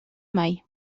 mai